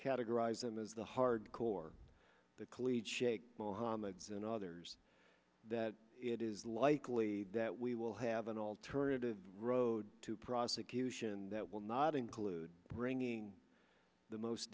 categorize them as the hardcore the clique shaikh mohammed's and others that it is likely that we will have an alternative road to prosecution that will not include bringing the most